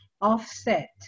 offset